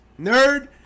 Nerd